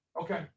Okay